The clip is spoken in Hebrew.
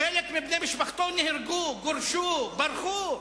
וחלק מבני משפחתו נהרגו, גורשו וברחו.